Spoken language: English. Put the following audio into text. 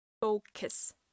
focus